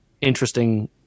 interesting